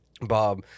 Bob